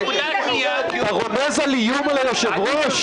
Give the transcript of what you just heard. אתה רומז על איום על היושב-ראש.